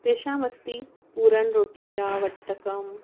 तेषामस्ति पूराण्रोटिका वट्टकं